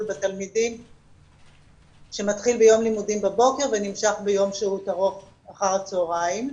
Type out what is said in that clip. בתלמידים שמתחיל ביום לימודים בבוקר ונמשך ביום שהות ארוך אחר הצהריים.